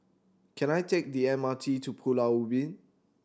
can I take the M R T to Pulau Ubin